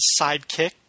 sidekick